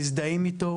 מזדהים איתו.